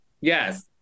Yes